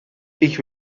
ich